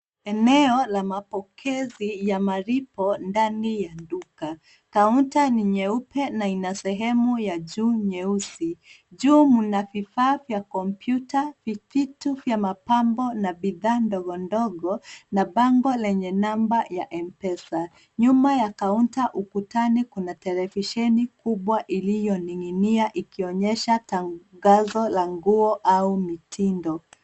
Eneo la mapokezi ya malipo ndani ya duka. Kaunta ni nyeupe na ina sehemu ya juu nyeusi. Juu mna vifaa vya kompyuta, vitu vya mapambo na bidhaa ndogondogo na bango lenye namba ya Mpesa. Nyuma ya kaunta ukutani kuna televisheni kubwa iliyoning'inia ikionyesha tangazo la nguo au mitindo.